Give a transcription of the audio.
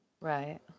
right